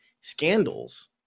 scandals